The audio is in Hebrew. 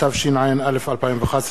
התשע"א 2011,